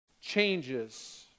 changes